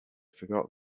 forgot